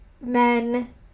men